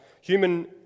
Human